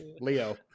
leo